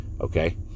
Okay